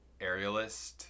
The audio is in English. aerialist